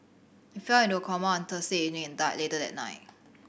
he fell into a coma on Thursday evening and died later that night